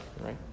right